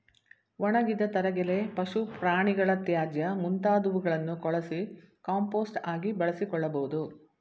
ಒಣಗಿದ ತರಗೆಲೆ, ಪಶು ಪ್ರಾಣಿಗಳ ತ್ಯಾಜ್ಯ ಮುಂತಾದವುಗಳನ್ನು ಕೊಳಸಿ ಕಾಂಪೋಸ್ಟ್ ಆಗಿ ಬಳಸಿಕೊಳ್ಳಬೋದು